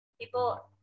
People